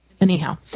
anyhow